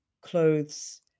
clothes